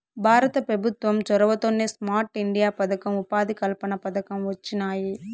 భారత పెభుత్వం చొరవతోనే స్మార్ట్ ఇండియా పదకం, ఉపాధి కల్పన పథకం వొచ్చినాయి